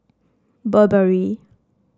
Burberry